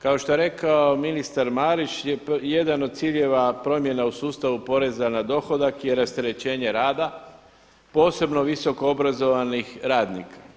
Kao što je rekao ministar Marić jedan od ciljeva promjena u sustavu porezu na dohodak i rasterećenje rada posebno visokoobrazovanih radnika.